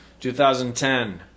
2010